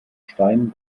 stein